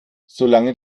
solange